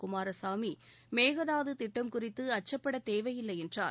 குமாரசாமி மேகதாது திட்டம் குறித்து அச்சப்படத் தேவையில்லை என்றார்